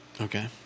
okay